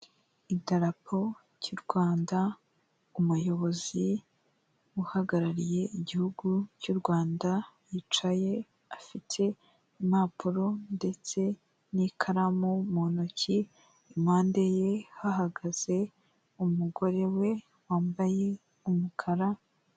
Idarapo ry'u Rwanda, umuyobozi uhagarariye igihugu cy'u Rwanda, yicaye afite impapuro ndetse n'ikaramu mu ntoki impande ye hahagaze umugore we wambaye umukara.